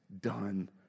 done